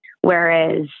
whereas